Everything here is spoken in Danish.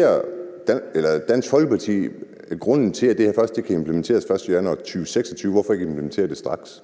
er. Hvad mener Dansk Folkeparti er grunden til, at det her først kan implementeres den 1. januar 2026? Hvorfor ikke implementere det straks?